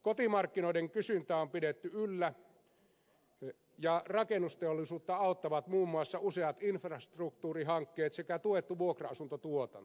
kotimarkkinoiden kysyntää on pidetty yllä ja rakennusteollisuutta auttavat muun muassa useat infrastruktuurihankkeet sekä tuettu vuokra asuntotuotanto